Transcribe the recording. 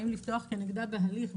האם לפתוח כנגדה בהליך,